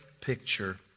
picture